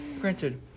Granted